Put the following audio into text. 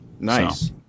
Nice